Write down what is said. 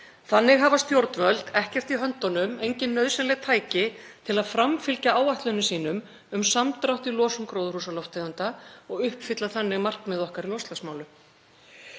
Þannig hafa stjórnvöld ekkert í höndunum, engin nauðsynleg tæki til að framfylgja áætlunum sínum um samdrátt í losun gróðurhúsalofttegunda og uppfylla þannig markmið okkar í loftslagsmálum.